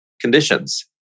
conditions